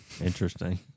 interesting